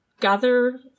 gather